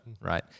right